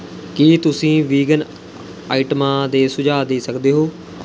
ਕੀ ਤੁਸੀਂ ਵੀਗਨ ਆਈਟਮਾਂ ਦੇ ਸੁਝਾਅ ਦੇ ਸਕਦੇ ਹੋ